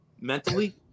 mentally